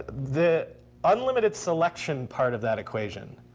the unlimited selection part of that equation,